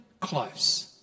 close